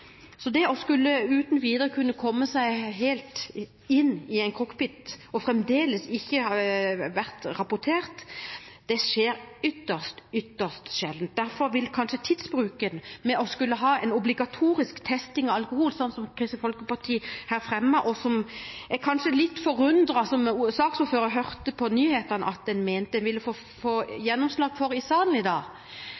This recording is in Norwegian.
det kan ha. Så det uten videre å kunne komme seg helt inn i en cockpit og fremdeles ikke ha blitt rapportert, skjer ytterst, ytterst sjelden. Derfor må en kanskje tenke på tidsbruken med hensyn til å skulle ha en obligatorisk alkotest, slik Kristelig Folkeparti her fremmer forslag om. Jeg ble kanskje litt forundret da jeg som saksordfører hørte på nyhetene at en mente en ville få